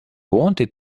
wanted